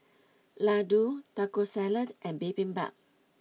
Ladoo Taco Salad and Bibimbap